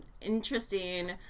Interesting